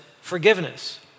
forgiveness